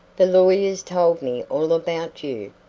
the lawyers told me all about you.